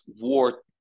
war